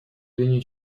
зрения